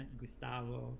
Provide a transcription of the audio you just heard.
gustavo